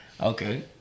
Okay